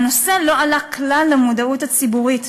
והנושא לא עלה כלל למודעות הציבורית.